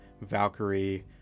Valkyrie